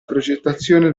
progettazione